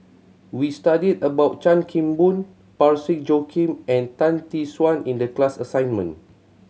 we studied about Chan Kim Boon Parsick Joaquim and Tan Tee Suan in the class assignment